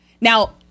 Now